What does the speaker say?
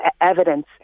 evidence